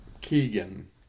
Keegan